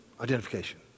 identification